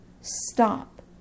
stop